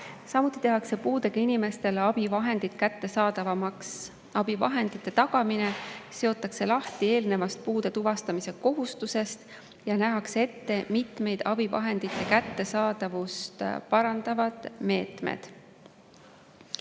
Samuti tehakse abivahendid puudega inimestele kättesaadavamaks. Abivahendite tagamine seotakse lahti eelnevast puude tuvastamise kohustusest ja nähakse ette mitmeid abivahendite kättesaadavust parandavaid meetmeid.